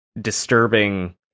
disturbing